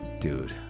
Dude